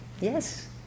Yes